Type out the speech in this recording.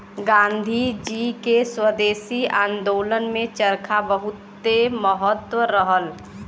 गांधी जी के स्वदेशी आन्दोलन में चरखा बहुते महत्व रहल